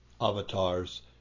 avatars